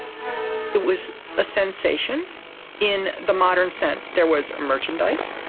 it was a sensation in the modern sense. there was merchandise,